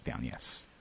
yes